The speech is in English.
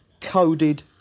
coded